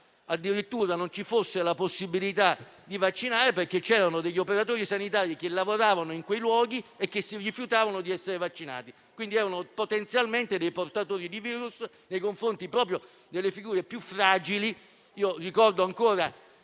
alcune RSA non ci fosse la possibilità di vaccinare, perché degli operatori sanitari che lavoravano in quei luoghi si rifiutavano di essere vaccinati e, quindi, erano potenzialmente dei portatori del virus, nei confronti proprio delle figure più fragili.